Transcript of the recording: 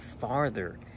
farther